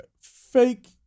fake